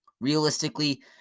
Realistically